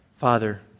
Father